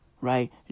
right